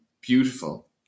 Beautiful